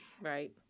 Right